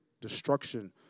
Destruction